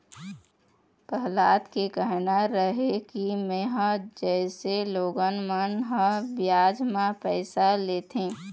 पहलाद के कहना रहय कि मेंहा जइसे लोगन मन ह बियाज म पइसा लेथे,